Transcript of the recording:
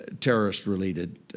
terrorist-related